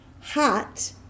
Hot